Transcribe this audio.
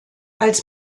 als